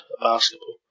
basketball